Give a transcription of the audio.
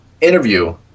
interview